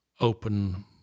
open